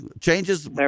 Changes